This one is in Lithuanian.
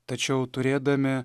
tačiau turėdami